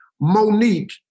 Monique